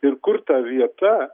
ir kur ta vieta